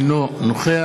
אינו נוכח